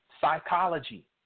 psychology